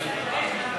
נתקבלה.